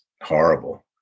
horrible